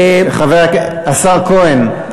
השר כהן.